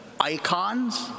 Icons